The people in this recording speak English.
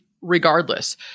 regardless